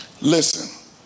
Listen